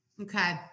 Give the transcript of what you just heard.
Okay